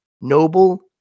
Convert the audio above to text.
noble